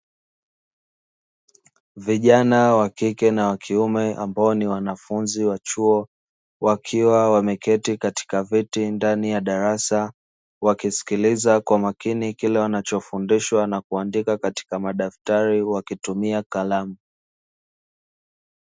Vijana wa kike na wa kiume ambao ni wanafunzi wa chuo, wakiwa wameketi katika viti ndani ya darasa wakisikiliza kwa makini kile wanachofundishwa na kuandika katika madaftari wakitumia kalamu.